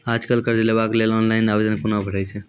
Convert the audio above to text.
आज कल कर्ज लेवाक लेल ऑनलाइन आवेदन कूना भरै छै?